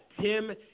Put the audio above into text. Tim